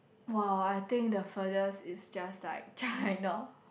!wow! I think the furthest is just like China